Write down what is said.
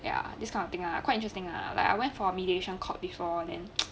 ya this kind of thing ah quite interesting lah like I went for mediation court before then